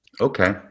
Okay